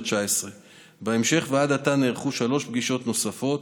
2019. בהמשך ועד עתה נערכו שלוש פגישות נוספות.